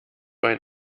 ein